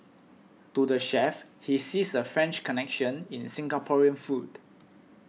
to the chef he sees a French connection in Singaporean food